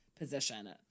position